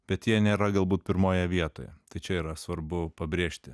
bet jie nėra galbūt pirmoje vietoje tai čia yra svarbu pabrėžti